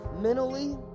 mentally